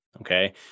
okay